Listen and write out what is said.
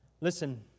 Listen